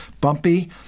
bumpy